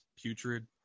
putrid